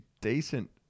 decent